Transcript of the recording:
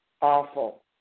awful